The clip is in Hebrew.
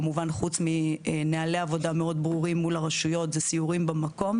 כמובן חוץ מנהלי עבודה מאוד ברורים מול הרשויות זה סיורים במקום.